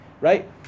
right